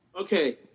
Okay